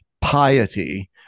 piety